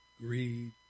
Greed